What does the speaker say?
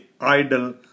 idle